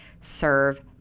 serve